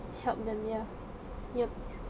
help them yeah ya